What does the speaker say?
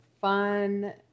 fun